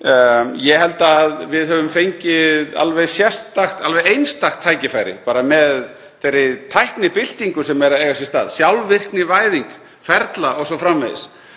Ég held að við höfum fengið alveg einstakt tækifæri með þeirri tæknibyltingu sem er að eiga sér stað, sjálfvirknivæðingu ferla o.s.frv.